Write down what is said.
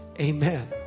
Amen